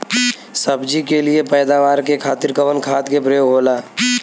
सब्जी के लिए पैदावार के खातिर कवन खाद के प्रयोग होला?